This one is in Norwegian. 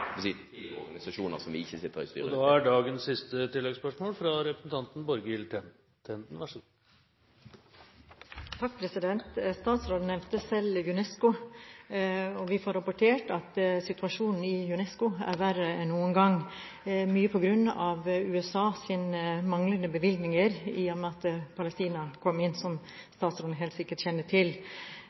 organisasjoner der vi ikke sitter i styrene. Borghild Tenden – til dagens siste oppfølgingsspørsmål. Statsråden nevnte selv UNESCO. Vi får rapportert at situasjonen i UNESCO er verre enn noen gang, mye på grunn av USAs manglende bevilgninger i og med at Palestina kom inn, som statsråden helt sikkert kjenner til.